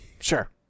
Sure